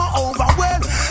overwhelmed